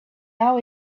now